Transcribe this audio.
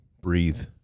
breathe